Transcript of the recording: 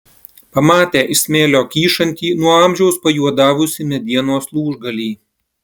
pamatė iš smėlio kyšantį nuo amžiaus pajuodavusį medienos lūžgalį